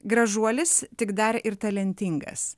gražuolis tik dar ir talentingas